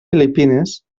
filipines